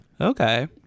Okay